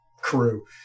crew